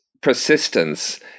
persistence